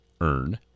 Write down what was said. earn